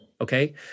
okay